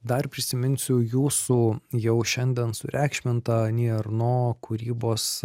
dar prisiminsiu jūsų jau šiandien sureikšmintą ani erno kūrybos